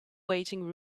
waiting